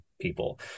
people